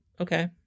Okay